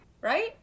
right